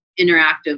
interactive